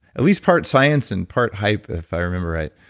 at least part science and part hype if i remember right